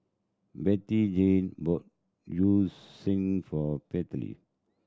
Bettyjane bought Yu Sheng for Pearly